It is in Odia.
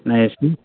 ନେଇ ଆସିବି